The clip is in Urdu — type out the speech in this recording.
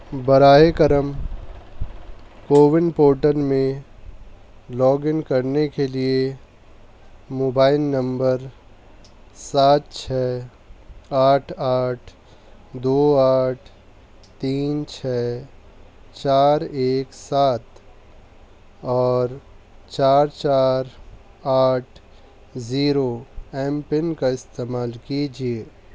برائے کرم کوون پورٹل میں لاگ ان کرنے کے لیے موبائل نمبر سات چھ آٹھ آٹھ دو آٹھ تین چھ چار ایک سات اور چار چار آٹھ زیرو ایم پن کا استعمال کیجیے